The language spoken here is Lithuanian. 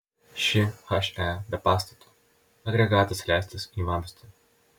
ši he be pastato agregatas įleistas į vamzdį